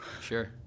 Sure